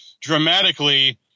dramatically